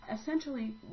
essentially